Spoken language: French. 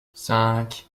cinq